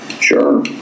Sure